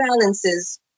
balances